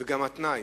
וגם התנאי,